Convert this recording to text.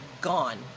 Gone